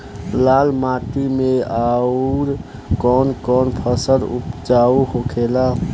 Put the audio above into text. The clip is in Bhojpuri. लाल माटी मे आउर कौन कौन फसल उपजाऊ होखे ला?